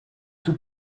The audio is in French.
tout